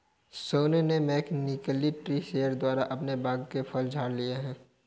सोनू ने mechanical tree shaker द्वारा अपने बाग के फल झाड़ लिए है